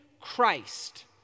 Christ